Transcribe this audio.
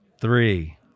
Three